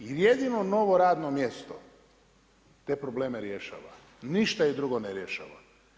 I jedino novo radno mjesto, te probleme rješava, ništa ih drugo ne rješava.